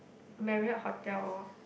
Marriott Hotel or